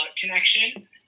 connection